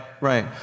right